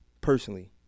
personally